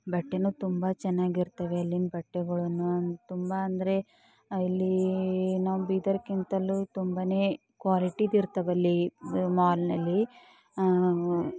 ಬಟ್ಟೇನು ತುಂಬ ಚೆನ್ನಾಗಿರ್ತವೆ ಅಲ್ಲಿನ ಬಟ್ಟೆಗಳನ್ನು ನಾನು ತುಂಬ ಅಂದರೆ ಅಲ್ಲಿ ನಮ್ಮ ಬೀದರ್ಗಿಂತಲೂ ತುಂಬನೇ ಕ್ವಾಲಿಟಿದು ಇರ್ತದಲ್ಲಿ ಮಾಲ್ನಲ್ಲಿ